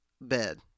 bed